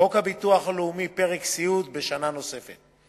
בחוק הביטוח הלאומי, פרק הסיעוד, בשנה נוספת.